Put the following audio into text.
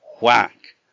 whack